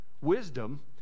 wisdom